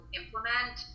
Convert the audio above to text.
implement